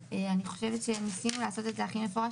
או אי אפשר לעלות מזה.